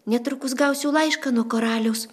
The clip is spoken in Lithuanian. netrukus gausiu laišką nuo karaliaus